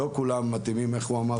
איך אמר